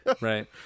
Right